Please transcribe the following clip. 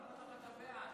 אתה בעד.